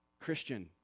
Christian